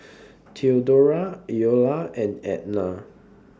Theodora Iola and Ednah